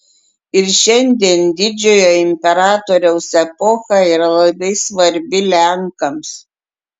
ir šiandien didžiojo imperatoriaus epocha yra labai svarbi lenkams